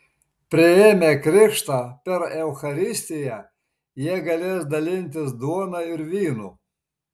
priėmę krikštą per eucharistiją jie galės dalintis duona ir vynu